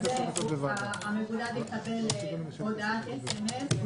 המבודד יקבל הודעת סמ"ס.